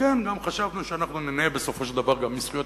וגם חשבנו שאנחנו ניהנה בסופו של דבר גם מזכויות